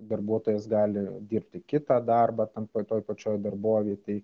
darbuotojas gali dirbti kitą darbą ten toj pačioj darbovietėj